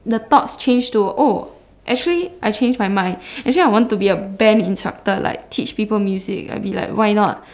the thoughts change to oh actually I change my mind actually I want to be a band instructor like teach people music like be like why not